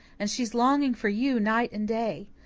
and she's longing for you night and day.